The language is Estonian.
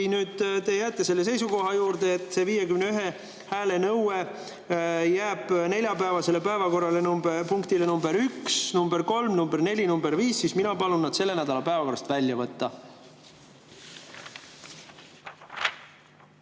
nüüd te jääte selle seisukoha juurde, et see 51 hääle nõue jääb neljapäevasele päevakorrapunktile nr 1, nr 3, nr 4, nr 5, siis mina palun need selle nädala päevakorrast välja võtta.